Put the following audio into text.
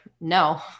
no